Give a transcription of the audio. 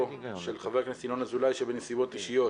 של חבר הכנסת ינון אזולאי שבנסיבות אישיות